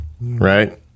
right